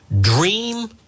Dream